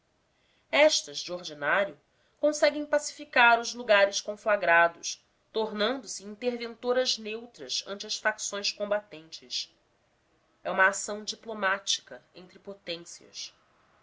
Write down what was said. de ordinário conseguem pacificar os lugares conflagrados tornando-se interventoras neutras ante as facções combatentes é uma ação diplomática entre potências